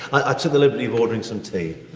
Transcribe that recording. i took the liberty of ordering some tea.